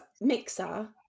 mixer